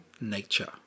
Nature